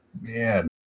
man